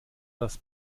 das